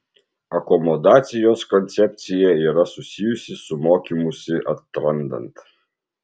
akomodacijos koncepcija yra susijusi su mokymusi atrandant